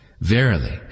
Verily